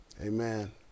Amen